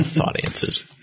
audiences